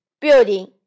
building